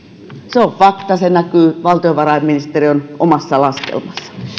se on fakta se näkyy valtiovarainministeriön omassa laskelmassa